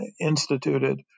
instituted